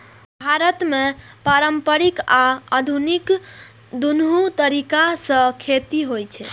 भारत मे पारंपरिक आ आधुनिक, दुनू तरीका सं खेती होइ छै